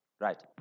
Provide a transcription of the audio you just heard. Right